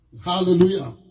Hallelujah